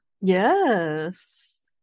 Yes